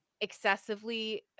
excessively